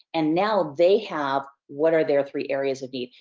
and now they have what are their three areas of need?